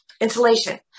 insulation